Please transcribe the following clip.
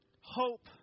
Hope